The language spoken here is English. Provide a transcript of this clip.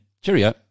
cheerio